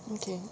okay